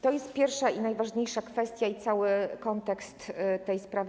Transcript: To jest pierwsza i najważniejsza kwestia i cały kontekst tej sprawy.